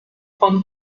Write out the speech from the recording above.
von